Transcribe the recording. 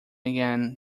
again